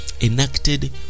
enacted